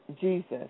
Jesus